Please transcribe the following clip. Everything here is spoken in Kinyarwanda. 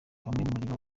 bamwe